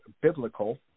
biblical